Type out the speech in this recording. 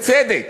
בצדק.